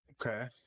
Okay